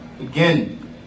Again